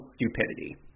Stupidity